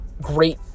great